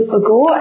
ago